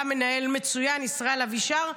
הוא היה מנהל מצוין, ישראל אבישר.